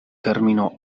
termino